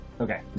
Okay